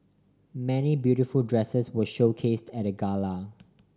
many beautiful dresses were showcase at the gala